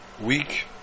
week